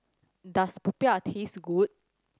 does popiah taste good